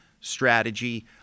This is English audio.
strategy